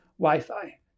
Wi-Fi